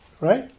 right